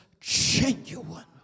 genuine